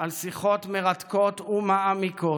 על שיחות מרתקות ומעמיקות,